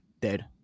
Dead